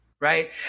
right